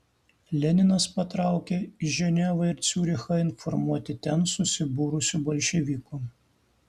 leninas patraukė į ženevą ir ciurichą informuoti ten susibūrusių bolševikų